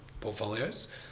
portfolios